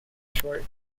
short